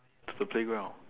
to the playground